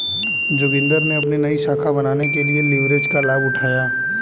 जोगिंदर ने अपनी नई शाखा बनाने के लिए लिवरेज का लाभ उठाया